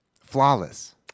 flawless